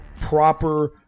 proper